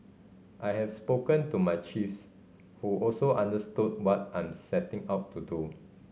I have spoken to my chiefs who also understood what I'm setting out to do